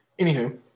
Anywho